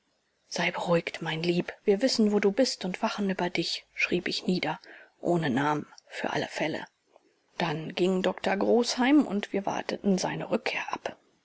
sei beruhigt mein lieb wir wissen wo du bist und wachen über dich schrieb ich nieder ohne namen für alle fälle dann ging doktor großheim und wir warteten seine rückkehr ab